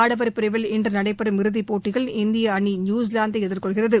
ஆடவர் பிரிவில் இன்று நடைபெறும் இறுதிப் போட்டியில் இந்திய அணி நியுசிலாந்தை எதிர்கொள்கிறது